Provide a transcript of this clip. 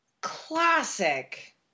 classic